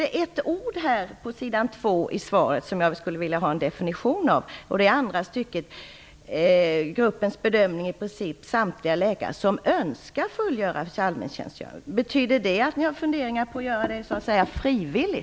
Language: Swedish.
Det är ett ord på s. 2 i svaret som jag skulle vilja ha en definition av: --- gruppens bedömning i princip samtliga läkare som önskar fullgöra allmäntjänstgöring ---. Betyder det att ni har funderingar på att göra allmäntjänstgöringen frivillig?